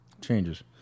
Changes